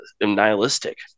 nihilistic